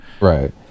Right